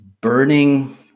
burning